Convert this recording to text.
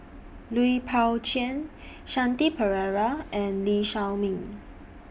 Lui Pao Chuen Shanti Pereira and Lee Shao Meng